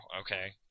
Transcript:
okay